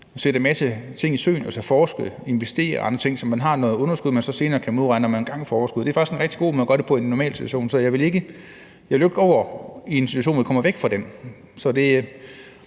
sætte en masse skibe i søen, altså forske, investere og gøre andre ting, så man har noget underskud, man så senere kan modregne, når man engang får overskud. Det er faktisk en rigtig god måde at gøre det på i en normal situation. Så jeg vil ikke over til en situation, hvor vi kommer væk fra den